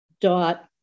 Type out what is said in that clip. Dot